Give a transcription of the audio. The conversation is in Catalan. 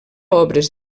obres